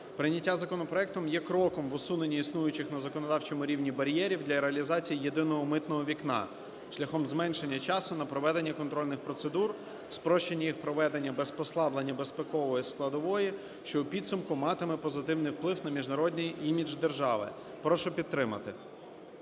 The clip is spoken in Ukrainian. Прийняття законопроекту є кроком в усуненні існуючих на законодавчому рівні бар'єрів для реалізації "єдиного митного вікна" шляхом зменшення часу на проведення контрольних процедур, спрощення їх проведення без послаблення безпекової складової, що у підсумку матиме позитивний вплив на міжнародний імідж держави. Прошу підтримати.